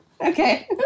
Okay